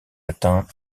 atteint